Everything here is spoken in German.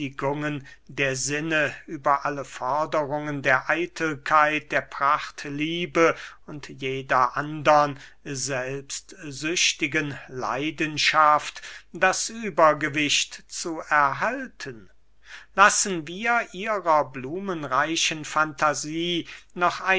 der sinne über alle forderungen der eitelkeit der prachtliebe und jeder andern selbstsüchtigen leidenschaft das übergewicht zu erhalten lassen wir ihrer blumenreichen fantasie noch